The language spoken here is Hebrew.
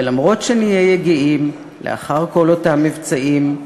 ולמרות שנהיה יגעים / לאחר כל אותם מבצעים,